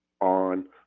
on